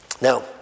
Now